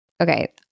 Okay